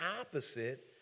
opposite